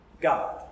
God